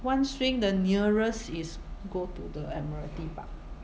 want swing the nearest is go to the admiralty park